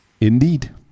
Indeed